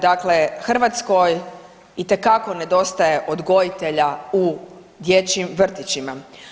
Dakle Hrvatskoj itekako nedostaje odgojitelja u dječjim vrtićima.